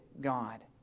God